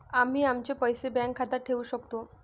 आम्ही आमचे पैसे बँक खात्यात ठेवू शकतो